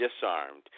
disarmed